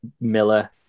Miller